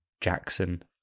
Jackson